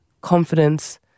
confidence